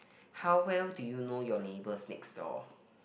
how well do you know your neighbors next door